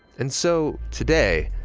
and so today,